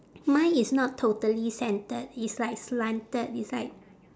mine is not totally centered it's like slanted it's like